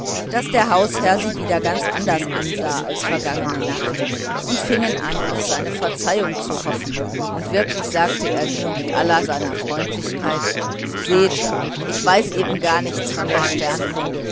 daß der hausherr sie wieder ganz anders ansah als in der vergangenen nacht und fingen an auf seine verzeihung zu hoffen und wirklich sagte er nun mit all seiner früheren freundlichkeit seht ich weiß eben gar nichts von der